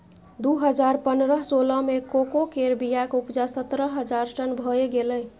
दु हजार पनरह सोलह मे कोको केर बीयाक उपजा सतरह हजार टन भए गेलै